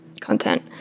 content